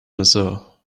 mazur